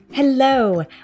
Hello